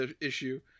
issue